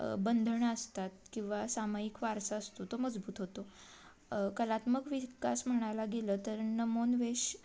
बंधनं असतात किंवा सामायिक वारसा असतो तो मजबूत होतो कलात्मक विकास म्हणायला गेलं तर नवोन्मेष